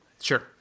Sure